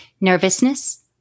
Nervousness